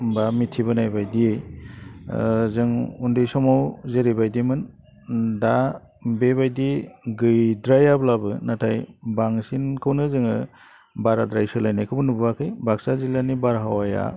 बा मिथिबोनाय बायदियै जों उन्दै समाव जेरैबायदिमोन दा बेबायदि गैद्रायाब्लाबो नाथाय बांसिनखौनो जोङो बाराद्राय सोलायनायखौ नुबोआखै बाक्सा जिल्लानि बारहावाया